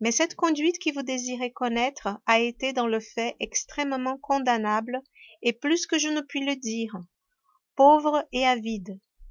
mais cette conduite que vous désirez connaître a été dans le fait extrêmement condamnable et plus que je ne puis le dire pauvre et avide